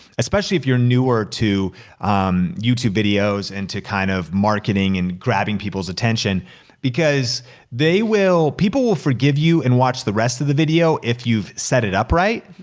especially if you're newer to youtube videos and to kind of marketing and grabbing people's attention because they will, people will forgive you and watch the rest of the video if you've set it up right.